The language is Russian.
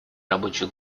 рабочей